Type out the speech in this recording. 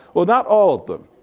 well, not all of them.